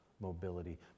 mobility